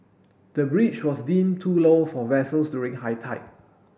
the bridge was deemed too low for vessels during high tide